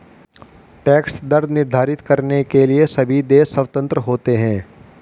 tax दर निर्धारित करने के लिए सभी देश स्वतंत्र होते है